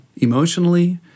emotionally